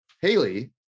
Haley